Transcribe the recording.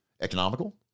economical